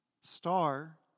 star